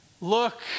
look